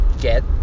get